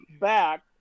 back